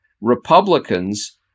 Republicans